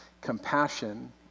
compassion